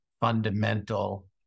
fundamental